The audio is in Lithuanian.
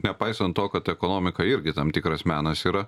nepaisant to kad ekonomika irgi tam tikras menas yra